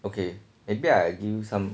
okay maybe I give you some